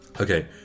Okay